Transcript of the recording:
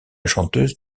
chanteuse